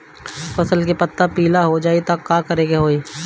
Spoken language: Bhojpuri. फसल के पत्ता पीला हो जाई त का करेके होई?